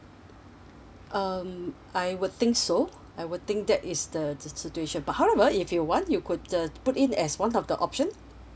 um I would think so I would think that is the s~ situation but however if you want you could uh put in as one of the option